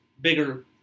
bigger